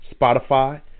Spotify